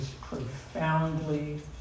profoundly